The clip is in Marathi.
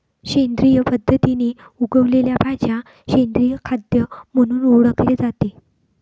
सेंद्रिय पद्धतीने उगवलेल्या भाज्या सेंद्रिय खाद्य म्हणून ओळखले जाते